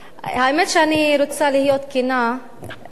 האמת שאני רוצה להיות כנה ולהגיד